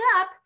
up